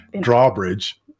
drawbridge